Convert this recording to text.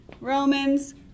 Romans